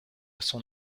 son